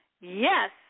yes